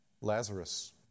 Lazarus